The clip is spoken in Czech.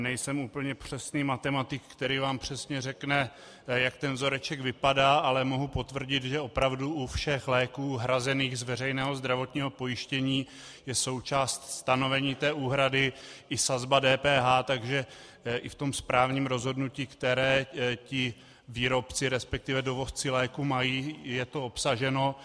Nejsem úplně přesný matematik, který vám přesně řekne, jak ten vzoreček vypadá, ale mohu potvrdit, že opravdu u všech léků hrazených z veřejného zdravotního pojištění je součást stanovení té úhrady i sazba DPH, takže i v tom správním rozhodnutí, které ti výrobci, resp. dovozci léků mají, je to obsaženo.